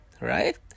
right